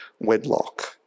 wedlock